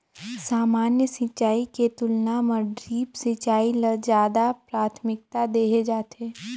सामान्य सिंचाई के तुलना म ड्रिप सिंचाई ल ज्यादा प्राथमिकता देहे जाथे